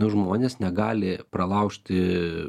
žmonės negali pralaužti